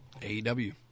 AEW